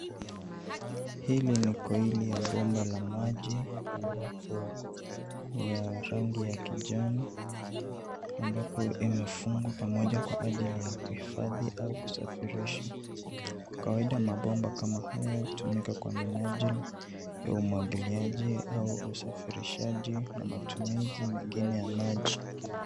Hili ni koili ya bomba la maji, ambapo ni ya rangi ya kijani, ambapo imefungwa pamoja kwa ajili ya kuhifadhi au kusafirisha. Kwa kawaida mabomba kama haya hutumika kwa minajili ya umwagiliaji au usafirishaji na matumizi mengine ya maji.